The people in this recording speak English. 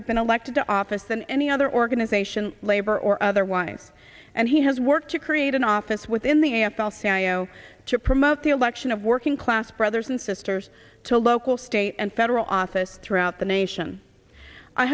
have been elected to office than any other organization labor or otherwise and he has worked to create an office within the a f l cio to promote the election of working class brothers and sisters to local state and federal office throughout the nation i